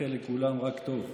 מאחל לכולם רק טוב.